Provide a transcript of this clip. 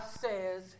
says